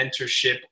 mentorship